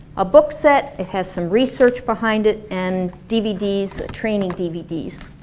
a book set, it has some research behind it, and dvds, training dvds,